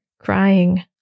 crying